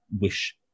wish